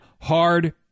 hard